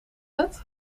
het